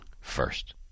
first